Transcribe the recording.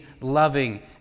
loving